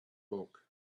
book